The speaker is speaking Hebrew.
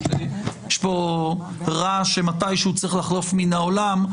יש פה רעש שמתישהו צריך לחלוף מן העולם,